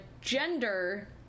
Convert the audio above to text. gender